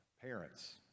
parents